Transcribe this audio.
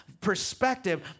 perspective